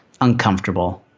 uncomfortable